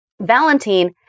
valentine